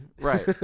right